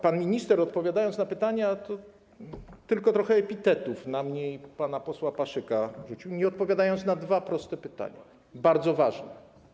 Pan minister, odpowiadając na pytania, tylko trochę epitetów skierowanych do mnie i pana posła Paszyka rzucił, nie odpowiadając na dwa proste pytania, bardzo ważne.